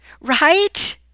right